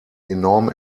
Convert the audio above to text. enorm